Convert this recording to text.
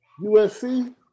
USC